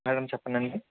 madam చేప్పండి అండి